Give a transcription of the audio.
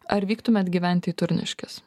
ar vyktumėt gyventi į turniškes